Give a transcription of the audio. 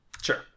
Sure